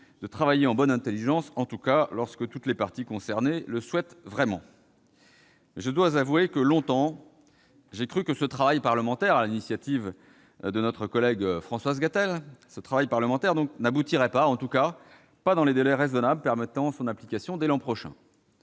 de travailler en bonne intelligence, en tout cas lorsque toutes les parties concernées le souhaitent vraiment. Je dois avouer que, longtemps, j'ai cru que ce travail parlementaire, dont l'initiative revient à notre collègue Françoise Gatel, n'aboutirait pas, en tout cas pas dans les délais raisonnables permettant son application dès l'an prochain.